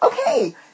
Okay